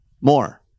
more